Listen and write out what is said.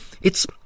It's